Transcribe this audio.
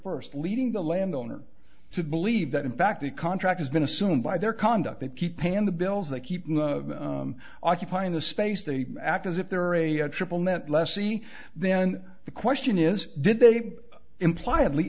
first leading the landowner to believe that in fact the contract has been assumed by their conduct they keep paying the bills they keep occupying the space they act as if there are a triple net lessee then the question is did they imply that le